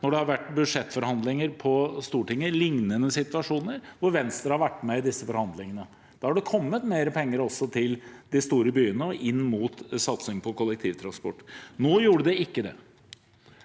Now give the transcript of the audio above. når det har vært budsjettforhandlinger på Stortinget, f.eks. i lignende situasjoner hvor Venstre har vært med i forhandlingene. Da har det kommet mer penger også til de store byene og inn mot satsing på kollektivtransport. Nå gjorde det ikke det.